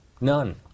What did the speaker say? none